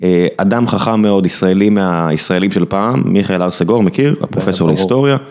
אדם חכם מאוד ישראלי מהישראלים של פעם מיכאל הרסגור מכיר הפרופסור להיסטוריה.